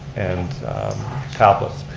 and tablets.